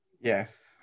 yes